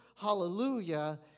hallelujah